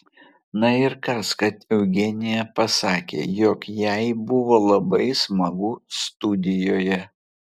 na ir kas kad eugenija pasakė jog jai buvo labai smagu studijoje